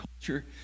culture